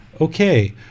Okay